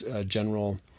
general